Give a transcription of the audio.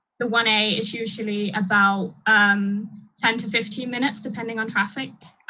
the one a is usually about ten to fifteen minutes depending on traffic.